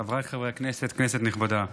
חבריי חברי הכנסת, כנסת נכבדה,